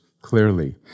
clearly